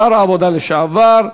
שר הרווחה לשעבר,